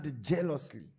jealously